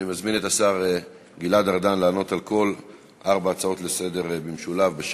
אני מזמין את השר ארדן לענות בשם הממשלה על כל ההצעות לסדר-היום במשולב.